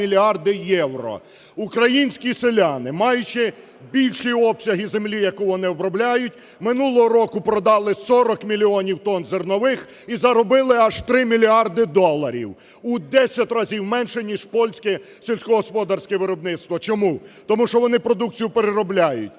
Українські селяни, маючи більші обсяги землі, яку вони обробляють, минулого року продали 40 мільйонів тонн зернових і заробили аж 3 мільярди доларів – у десять разів менше, ніж польське сільськогосподарське виробництво. Чому? Тому що вони продукцію переробляють,